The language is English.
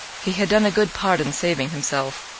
he had done a good part in saving himself,